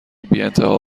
بیانتها